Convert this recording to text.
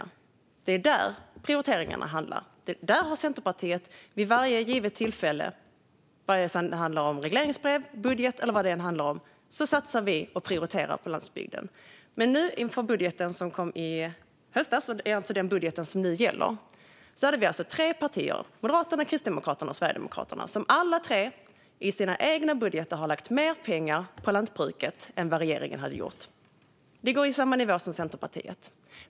Det är detta prioriteringarna handlar om. Vare sig det har handlat om regleringsbrev, budget eller något annat är det där som Centerpartiet vid varje givet tillfälle har satsat på och prioriterat landsbygden. Inför den budget som kom i höstas, det vill säga den budget som gäller nu, hade vi tre partier - Moderaterna, Kristdemokraterna och Sverigedemokraterna - som alla i sina egna budgetar hade lagt mer pengar på lantbruket än vad regeringen hade gjort. De låg på samma nivå som Centerpartiet.